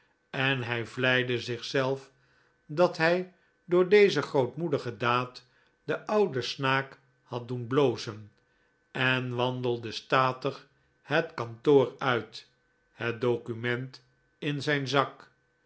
en hij vleide zichzelf dat hij door deze grootmoedige daad den ouden snaak had doen blozen en wandelde statig het kantoor uit het document in zijn zak